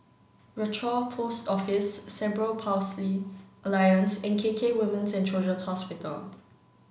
Rochor Post Office Cerebral Palsy Alliance and K K Women's and Children's Hospital